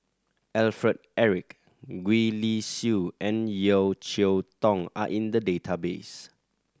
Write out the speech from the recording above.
Alfred Eric Gwee Li Sui and Yeo Cheow Tong are in the database